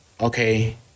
okay